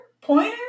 pointer